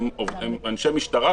הם אנשי משטרה.